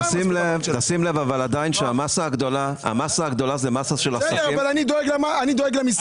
שים לב שהמסה הגדולה היא מסה של עסקים --- אבל אני דואג למסכן.